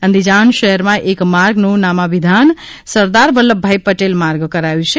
Andijan શહેરમાં એક માર્ગનું નામાભિધાન સરદાર વલ્લભભાઇ પટેલ માર્ગ કરાયુ છે